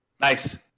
Nice